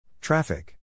Traffic